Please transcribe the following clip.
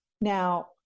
Now